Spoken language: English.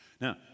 Now